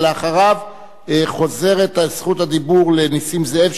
אחריו חוזרת זכות הדיבור לנסים זאב,